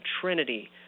Trinity